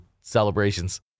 celebrations